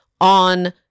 on